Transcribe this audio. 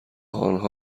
آنها